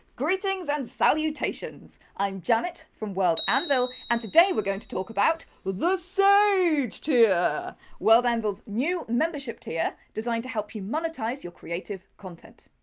greetings and salutations! i'm janet from world anvil and today we're going to talk about. the sage tier! world anvil's new membership tier designed to help you monetize your creative content.